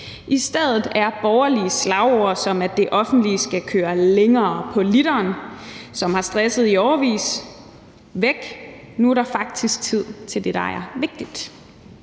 I stedet er borgerlige slagord, som at det offentlige skal køre længere på literen, som har stresset i årevis, væk. Nu er der faktisk tid til det, der er vigtigt.